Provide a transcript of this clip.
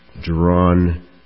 drawn